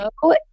Hello